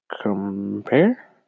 Compare